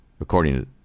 according